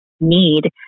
need